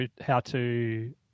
how-to